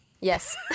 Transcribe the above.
Yes